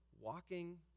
walking